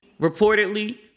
reportedly